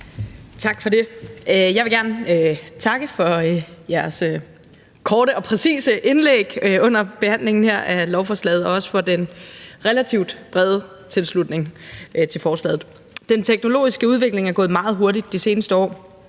Tak for det. Jeg vil gerne takke for jeres korte og præcise indlæg under behandlingen her af lovforslaget og også for den relativt brede tilslutning til forslaget. Den teknologiske udvikling er gået meget hurtigt de seneste år.